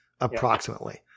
approximately